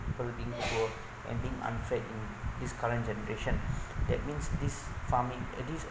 people being poor and being unfed in this current generation that means this farming uh this